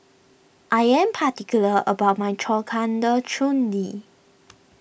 I am particular about my Corcander Chutney